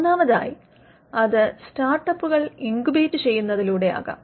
മൂന്നാമതായി അത് സ്റ്റാർട്ടപ്പുകൾ ഇൻക്യൂബേറ്റ് ചെയ്യുന്നതിലൂടെ ആകാം